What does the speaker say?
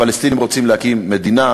הפלסטינים רוצים להקים מדינה.